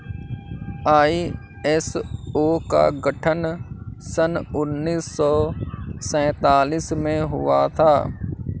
ISO का गठन सन उन्नीस सौ सैंतालीस में हुआ था